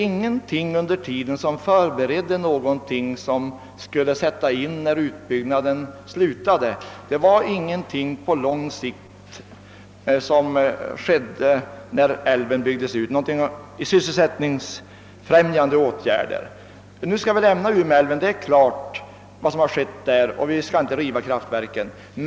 Men under denna vidtog man inga långsiktiga eller andra sysselsättningsfrämjande «åtgärder som skulle kunna sättas in när utbyggnaden var slutförd. Låt oss emellertid lämna Umeälv — vad som har skett har skett, och vi skall naturligtvis inte riva kraftverket.